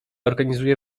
organizuje